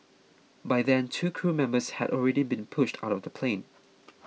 by then two crew members had already been pushed out of the plane